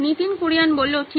নীতিন কুরিয়ান ঠিক